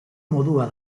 modua